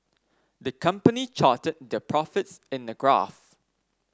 the company charted their profits in a graph